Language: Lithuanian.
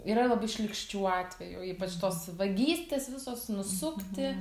yra labai šlykščių atvejų ypač tos vagystės visos nusukti